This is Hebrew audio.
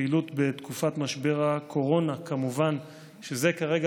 פעילות בתקופת משבר הקורונה: כמובן שזה כרגע